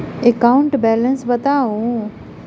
account balance बताउ